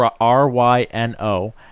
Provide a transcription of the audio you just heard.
R-Y-N-O